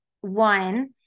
One